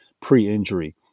pre-injury